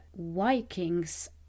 Vikings